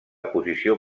posició